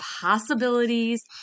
Possibilities